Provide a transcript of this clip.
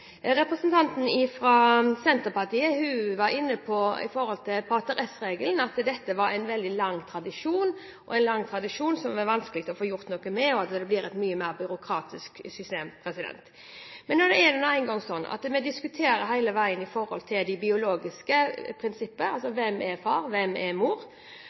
Representanten fra Senterpartiet var inne på pater est-regelen – at dette var en veldig lang tradisjon, som det var vanskelig å få gjort noe med, at det ville føre til et mye mer byråkratisk system. Men nå er det engang sånn at vi hele tiden diskuterer ut fra det biologiske prinsippet: Hvem er far, hvem er mor?